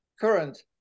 current